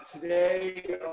today